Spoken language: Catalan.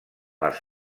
les